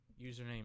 username